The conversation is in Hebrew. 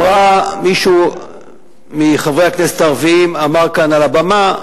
מישהו מחברי הכנסת הערבים אמר כאן על הבמה: